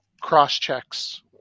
cross-checks